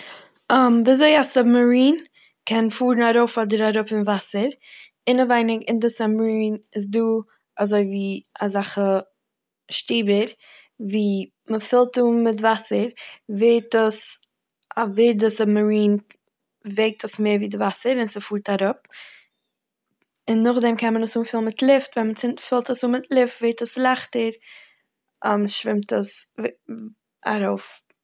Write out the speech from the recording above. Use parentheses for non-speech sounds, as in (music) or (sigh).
ווי אזוי א סובמארין קען פארן ארויף אדער אראפ אין וואסער, אינעווייניג אין די סובמארין איז דא אזוי ווי אזאלכע שטיבער ווי מ'פולט אן מיט וואסער ווערט עס- ווערט די סובמארין וועגט עס מער ווי די וואסער און ס'פארט אראפ און נאכדעם קען מען עס אנפולן מיט לופט ווען מ'פולט עס אן מיט לופט ווערט עס לייכטער (hesitation) שווימט עס ארויף.